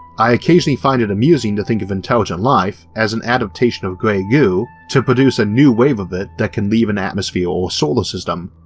i occasionally find it amusing to think of intelligent life as an adaptation of grey goo to produce a new wave of it that can leave an atmosphere or solar system,